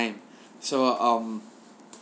so um